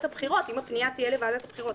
הבחירות אם הפנייה תהיה לוועדת הבחירות,